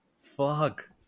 Fuck